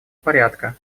порядка